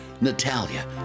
Natalia